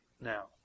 now